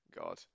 God